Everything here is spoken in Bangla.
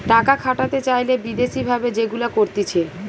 টাকা খাটাতে চাইলে বিদেশি ভাবে যেগুলা করতিছে